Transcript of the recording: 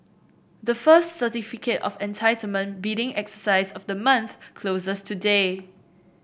the first Certificate of Entitlement bidding exercise of the month closes today